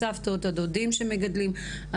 הסבתות והדודים שמגדלים.